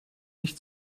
nicht